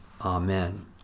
Amen